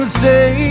say